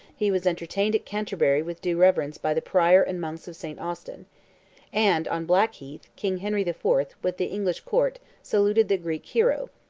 he was entertained at canterbury with due reverence by the prior and monks of st. austin and, on blackheath, king henry the fourth, with the english court, saluted the greek hero,